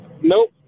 Nope